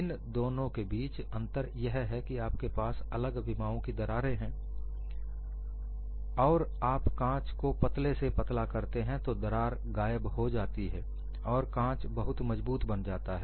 इन दोनों के बीच अंतर यह है कि आपके पास अलग विमाओं की दरारें हैं और आप कांच को पतले से पतला करते हैं तो दरार गायब हो जाती है और कांच बहुत मजबूत बन जाता है